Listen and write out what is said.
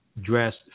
dressed